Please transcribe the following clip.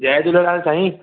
जय झूलेलाल साईं